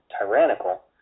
tyrannical